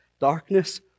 darkness